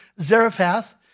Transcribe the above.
Zarephath